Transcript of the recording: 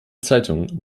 zeitungen